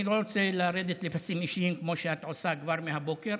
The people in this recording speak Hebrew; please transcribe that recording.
אני לא רוצה לרדת לפסים אישיים כמו שאת עושה כבר מהבוקר.